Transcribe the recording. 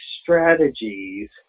strategies